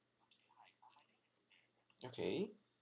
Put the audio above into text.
okay